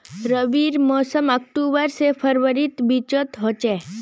रविर मोसम अक्टूबर से फरवरीर बिचोत होचे